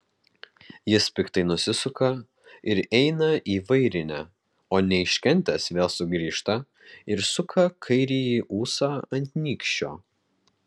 jis piktai nusisuka ir eina į vairinę o neiškentęs vėl sugrįžta ir suka kairįjį ūsą ant nykščio